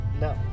no